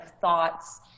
thoughts